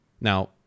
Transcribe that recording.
Now